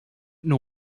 know